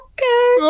Okay